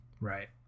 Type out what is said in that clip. right